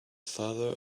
father